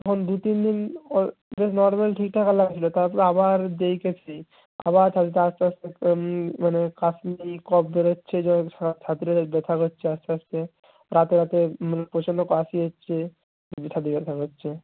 তখন দু তিন দিন ওর বেশ নর্মাল ঠিকঠাক লাগছিল তারপরে আবার যেই কে সেই আবার আস্তে আস্তে মানে কাশি ওই কফ বেরোচ্ছে জোর ছাতিটা ব্যথা করছে আস্তে আস্তে রাতে রাতে মানে প্রচণ্ড কাশি হচ্ছে ছাতি ব্যথা করছে